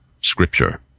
Scripture